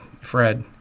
Fred